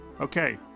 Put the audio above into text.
Okay